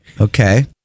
Okay